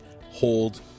hold